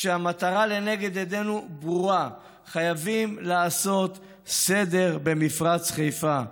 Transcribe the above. והמטרה לנגד עינינו ברורה: חייבים לעשות סדר במפרץ חיפה.